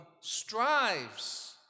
strives